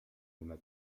una